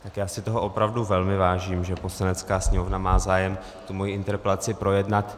Já si toho opravdu velmi vážím, že Poslanecká sněmovna má zájem moji interpelaci projednat.